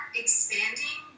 expanding